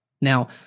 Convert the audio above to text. Now